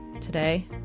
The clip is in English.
today